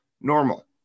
normal